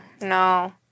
No